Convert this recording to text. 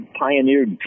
pioneered